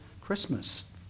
Christmas